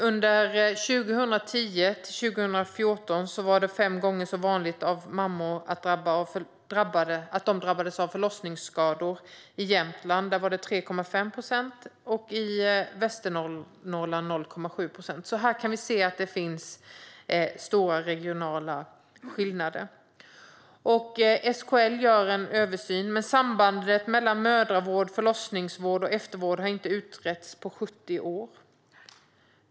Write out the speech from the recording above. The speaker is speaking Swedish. Under 2010-2014 var det fem gånger så vanligt att mammor i Jämtland drabbades av förlossningsskador. Där var det 3,5 procent. I Västernorrland var det 0,7 procent. Vi kan alltså se att det finns stora regionala skillnader. SKL gör en översyn, men sambandet mellan mödravård, förlossningsvård och eftervård har inte utretts på 70 år.